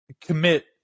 commit